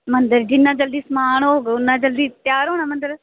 मंदर जिन्ना जल्दी समान होग उन्ना जल्दी बनना मंदर